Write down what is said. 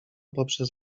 poprzez